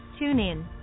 TuneIn